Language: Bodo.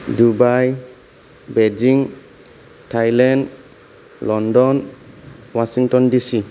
Dubai Beijing Thailand London Washington D C